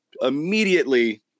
immediately